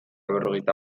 berrogeita